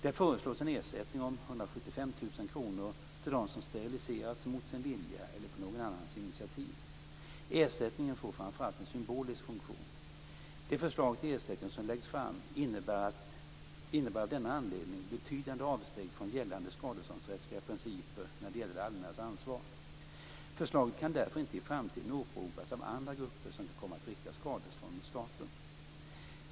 Där föreslås en ersättning om 175 000 kr till dem som steriliserats mot sin vilja eller på någon annans initiativ. Ersättningen får framför allt en symbolisk funktion. Det förslag till ersättning som läggs fram innebär av denna anledning betydande avsteg från gällande skadeståndsrättsliga principer när det gäller det allmännas ansvar. Förslaget kan därför inte i framtiden åberopas av andra grupper som kan komma att rikta skadestånd mot staten.